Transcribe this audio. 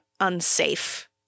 unsafe